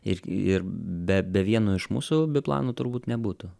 ir ir be be vieno iš mūsų biplanų turbūt nebūtų